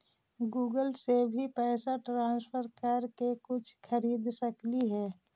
Google से भी पैसा ट्रांसफर कर के कुछ खरिद सकलिऐ हे?